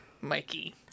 Mikey